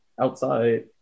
outside